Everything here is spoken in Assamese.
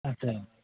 আচ্ছা